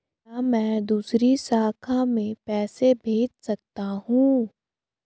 क्या मैं दूसरी शाखा में पैसे भेज सकता हूँ?